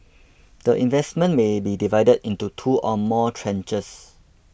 the investment may be divided into two or more tranches